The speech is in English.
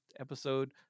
episode